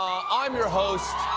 i'm your host.